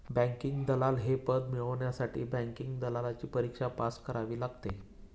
banking दलाल हे पद मिळवण्यासाठी बँकिंग दलालची परीक्षा पास करावी लागते